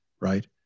right